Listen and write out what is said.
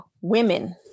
women